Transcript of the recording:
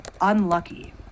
unlucky